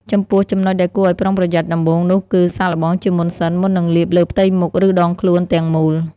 ចំពោះ ចំណុចដែលគួរឲ្យប្រុងប្រយ័ត្នដំបូងនោះគឺ សាកល្បងជាមុនសិន មុននឹងលាបលើផ្ទៃមុខ ឬដងខ្លួនទាំងមូល។